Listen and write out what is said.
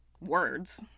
words